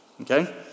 Okay